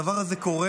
הדבר הזה קורה,